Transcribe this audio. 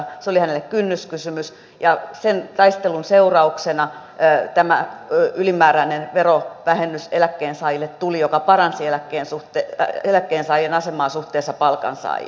se oli hänelle kynnyskysymys ja sen taistelun seurauksena tämä ylimääräinen verovähennys eläkkeensaajille tuli joka paransi eläkkeensaajien asemaa suhteessa palkansaajiin